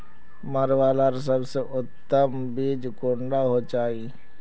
मरुआ लार सबसे उत्तम बीज कुंडा होचए?